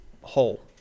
hole